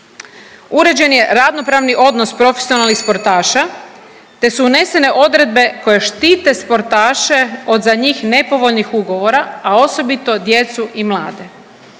Uređen je radnopravni odnos profesionalnih sportaša te su unesene odredbe koje štite sportaše od za njih nepovoljnih ugovora, a osobito djecu i mlade.